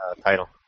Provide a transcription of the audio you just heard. title